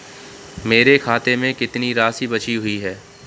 मेरे खाते में कितनी राशि बची हुई है?